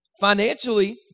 financially